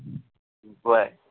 bye